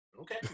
Okay